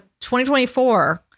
2024